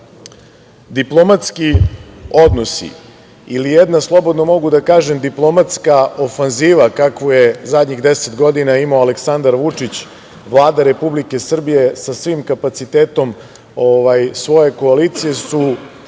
Srbije. Diplomatski odnosi ili jedna, slobodno mogu da kažem, diplomatska ofanziva kakvu je zadnjih 10 godina imao Aleksandar Vučić, Vlada Republike Srbije sa svim kapacitetom svoje koalicije, su